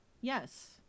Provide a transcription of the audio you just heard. Yes